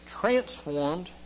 transformed